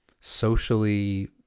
socially